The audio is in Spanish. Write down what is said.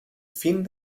fin